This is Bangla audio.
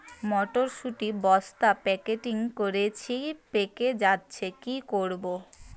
মটর শুটি বস্তা প্যাকেটিং করেছি পেকে যাচ্ছে কি করব?